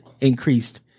increased